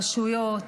רשויות,